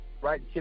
Right